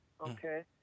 okay